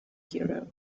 hero